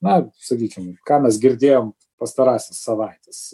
na sakykim ką mes girdėjom pastarąsias savaites